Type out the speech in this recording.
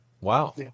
wow